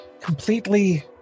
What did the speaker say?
completely